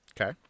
Okay